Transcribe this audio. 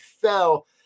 fell